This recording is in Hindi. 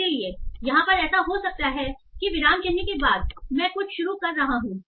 इसलिए यहां पर ऐसा हो सकता है कि विराम चिह्न के बाद मैं कुछ शुरू कर रहा हूं